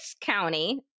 county